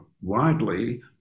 widely